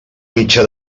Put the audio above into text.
mitjà